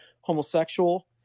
homosexual